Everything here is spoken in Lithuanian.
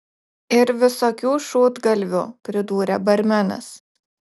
ir visokių šūdgalvių pridūrė barmenas